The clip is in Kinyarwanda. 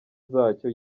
zacyo